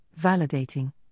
validating